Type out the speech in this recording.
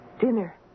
Dinner